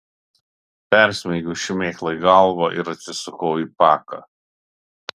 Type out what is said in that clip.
persmeigiau šmėklai galvą ir atsisukau į paką